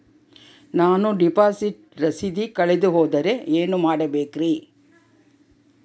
ನಾನು ಡಿಪಾಸಿಟ್ ರಸೇದಿ ಕಳೆದುಹೋದರೆ ಏನು ಮಾಡಬೇಕ್ರಿ?